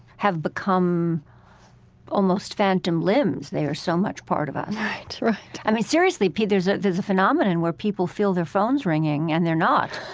have become almost phantom limbs. they are so much part of us right. right i mean, seriously, there's ah there's a phenomenon where people feel their phones ringing and they're not.